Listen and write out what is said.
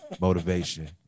motivation